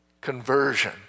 conversion